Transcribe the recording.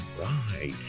right